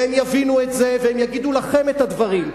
והם יבינו את זה, והם יגידו לכם את הדברים.